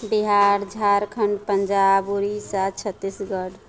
Bihar Jharkhand Punjab Orissa Chhattisgarh